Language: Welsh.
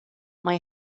mae